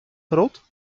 roth